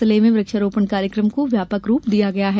जिले में वृक्षारोपण कार्यक्रम को व्यापक रूप दिया गया है